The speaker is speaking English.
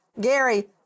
Gary